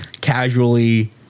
casually